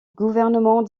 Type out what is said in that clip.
gouvernement